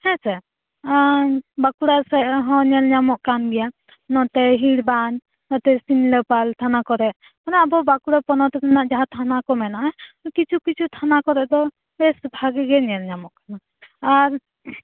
ᱦᱮᱸᱥᱮ ᱮᱸᱻ ᱵᱟᱸᱠᱩᱲᱟ ᱥᱮᱫ ᱦᱚᱸ ᱧᱮᱞ ᱧᱟᱢᱚᱜ ᱠᱟᱱᱜᱮᱭᱟ ᱱᱚᱛᱮ ᱦᱤᱲᱵᱟᱸᱱᱫᱷ ᱱᱚᱛᱮ ᱥᱤᱢᱞᱟ ᱯᱟᱞ ᱛᱷᱟᱱᱟ ᱠᱚᱨᱮ ᱢᱟᱱᱮ ᱟᱵᱚ ᱵᱟᱸᱠᱩᱲᱟ ᱦᱚᱱᱚᱛ ᱨᱮᱱᱟᱜ ᱡᱟᱦᱟᱸ ᱛᱷᱟᱱᱟ ᱠᱚ ᱢᱮᱱᱟᱜ ᱼᱟ ᱠᱤᱪᱷᱩ ᱠᱤᱪᱷᱩ ᱛᱷᱟᱱᱟ ᱠᱚᱨᱮ ᱫᱚ ᱵᱮᱥ ᱵᱷᱟᱜᱤᱜᱮ ᱧᱮᱞ ᱧᱟᱢᱚᱜ ᱠᱟᱱᱟ ᱟᱨ